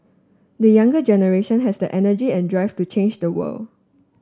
the younger generation has the energy and drive to change the world